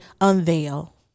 unveil